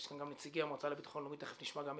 יש כאן גם את נציגי המועצה לביטחון לאומי ותיכף נשמע את